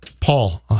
paul